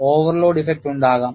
overload effect ഉണ്ടാകാം